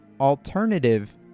alternative